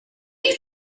you